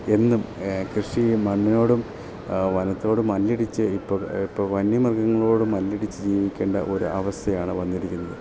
എന്നും കൃഷി മണ്ണിനോടും വനത്തോടും മല്ലിടിച്ച് ഇപ്പം ഇപ്പം വന്യ മൃഗങ്ങളോടും മല്ലടിച്ച് ജീവിക്കേണ്ട ഒരു അവസ്ഥയാണ് വന്നിരിക്കുന്നത്